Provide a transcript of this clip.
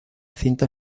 cinta